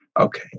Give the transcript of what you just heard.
Okay